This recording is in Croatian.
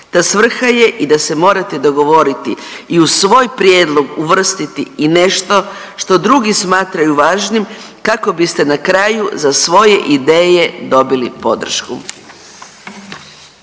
ta svrha je i da se morate dogovoriti i u svoj prijedlog uvrstiti i nešto što drugi smatraju važnim kako biste na kraju za svoje ideje dobili podršku.